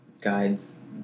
guides